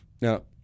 Now